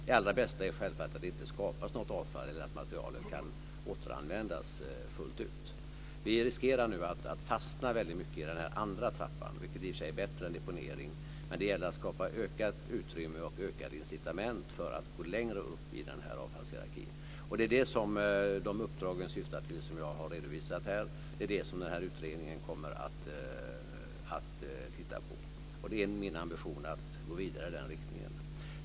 Det allra bästa är självfallet att det inte skapas något avfall eller att materialet kan återanvändas fullt ut. Vi riskerar nu att fastna på det andra trappsteget, vilket i och för sig är bättre än deponering. Men det gäller att skapa ökat utrymme och ökade incitament för att gå längre upp i denna avfallshierarki. Det är det som de uppdrag syftar till som jag har redovisat här. Det är det som denna utredning kommer att titta på. Det är min ambition att gå vidare i den riktningen.